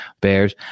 bears